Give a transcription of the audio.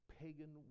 pagan